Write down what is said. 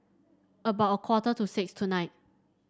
about a quarter to six tonight